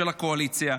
של הקואליציה.